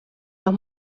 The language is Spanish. los